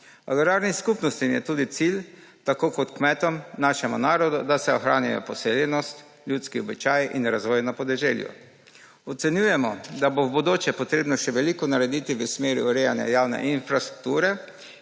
Agrarnim skupnostim je tudi cilj tako kot kmetom, našemu narodu, da se ohranjajo poseljenost, ljudski običaji in razvoj na podeželju. Ocenjujemo, da bo v bodoče treba še veliko narediti v smeri urejanja javne infrastrukture